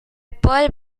paul